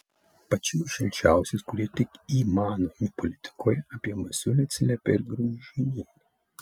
pačiais šilčiausiais kurie tik įmanomi politikoje apie masiulį atsiliepė ir graužinienė